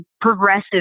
progressive